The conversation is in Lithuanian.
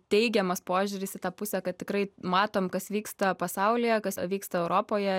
teigiamas požiūris į tą pusę kad tikrai matom kas vyksta pasaulyje kas vyksta europoje